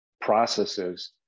processes